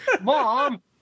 mom